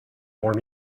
more